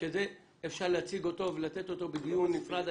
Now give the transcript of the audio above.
שאפשר להציג אותו ולתת אותו בדיון נפרד,